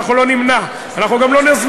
אנחנו לא נמנע, ואנחנו גם לא נזמין.